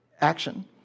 Action